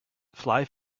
fly